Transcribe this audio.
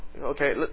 Okay